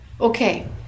Okay